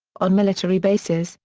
on military bases,